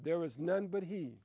there was none but he